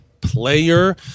player